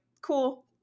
cool